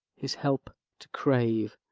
his help to crave